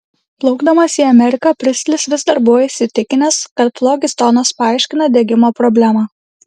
plaukdamas į ameriką pristlis vis dar buvo įsitikinęs kad flogistonas paaiškina degimo problemą